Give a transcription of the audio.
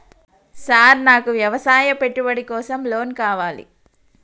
Sir నాకు వ్యవసాయ పెట్టుబడి కోసం లోన్ కావాలి?